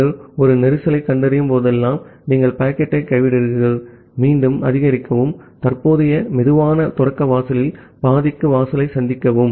நீங்கள் ஒரு கஞ்சேஸ்ன் கண்டறியும் போதெல்லாம் நீங்கள் பாக்கெட்டை கைவிடுகிறீர்கள் மீண்டும் அதிகரிக்கவும் தற்போதைய சுலோ ஸ்டார்ட் வாசலில் பாதிக்கு வாசலை சந்திக்கவும்